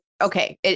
okay